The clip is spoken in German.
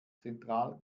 zentral